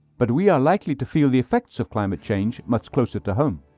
but we are likely to feel the effects of climate change much closer to home.